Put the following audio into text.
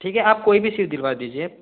ठीक है आप कोई भी सीट दिलवा दीजिए